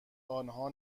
آنها